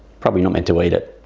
probably not meant to eat it.